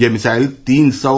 यह मिसाइल तीन सौ